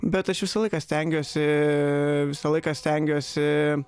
bet aš visą laiką stengiuosi visą laiką stengiuosi